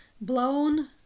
Blown